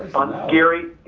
gary,